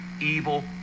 evil